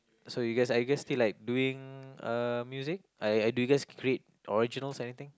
so you guys are you guys still like doing uh music are do you do you guys create originals or anything